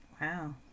Wow